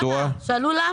למה?